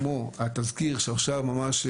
כמו התזכיר שעכשיו ממש,